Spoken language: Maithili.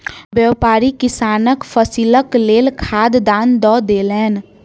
व्यापारी किसानक फसीलक लेल खाद दान दअ देलैन